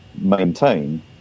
Maintain